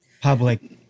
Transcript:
public